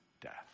death